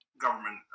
government